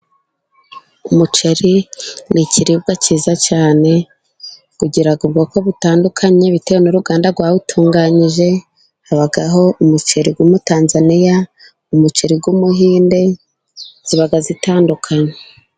Umuceri ni ikiribwa cyiza cyane kigira ubwoko butandukanye bitewe n'uruganda rwawutunganyije habaho umuceri w'umutanzaniya, umuceri w'umuhinde iba itandukanye.